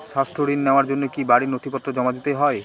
স্বাস্থ্য ঋণ নেওয়ার জন্য কি বাড়ীর নথিপত্র জমা দিতেই হয়?